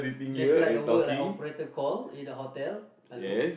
it's like a work like operator call in a hotel hello